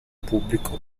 pubblico